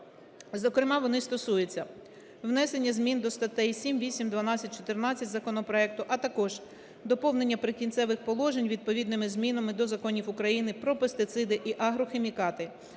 Зокрема, вони стосуються внесення змін до статей 7, 8, 12, 14 законопроекту, а також доповнення "Прикінцевих положень" відповідними змінами до законів України: "Про пестициди і агрохімікати",